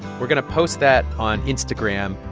we're going to post that on instagram.